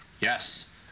Yes